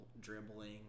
dribbling